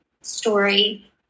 story